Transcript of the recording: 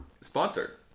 Sponsored